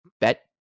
bet